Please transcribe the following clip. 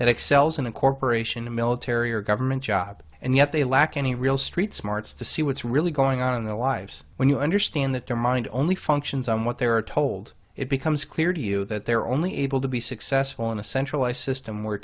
excels in a corporation a military or government job and yet they lack any real street smarts to see what's really going on in their lives when you understand that their mind only functions on what they are told it becomes clear to you that there are only able to be successful in a centralized system where